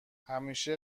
همیشه